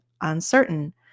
uncertain